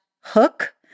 hook